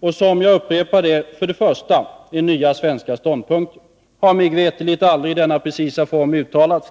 Det är — jag upprepar det — för det första nya svenska ståndpunkter. De har mig veterligt aldrig tidigare uttalats i denna precisa form.